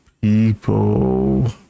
people